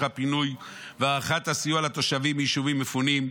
הפינוי והארכת הסיוע לתושבים מיישובים מפונים,